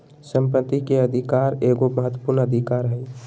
संपत्ति के अधिकार एगो महत्वपूर्ण अधिकार हइ